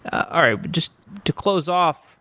um just to close off,